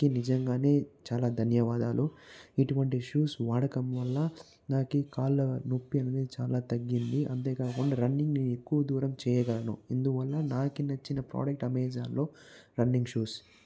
నిజంగానే చాలా ధన్యవాదాలు ఇటువంటి షూస్ వాడకం వల్ల నాకు కాళ్ళ నొప్పి అనేది చాలా తగ్గింది అంతేకాకుండా రన్నింగ్ ఎక్కువ దూరం చేయగలను ఎందువల్ల నాకు నచ్చిన ప్రాడక్ట్ అమెజాన్ లో రన్నింగ్ షూస్